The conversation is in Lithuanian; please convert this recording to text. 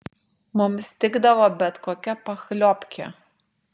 mums tikdavo bet kokia pachliobkė